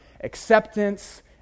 acceptance